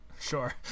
Sure